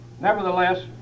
Nevertheless